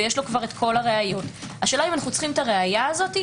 המילה הזו